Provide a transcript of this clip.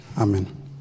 Amen